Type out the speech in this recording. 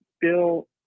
Bill